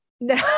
No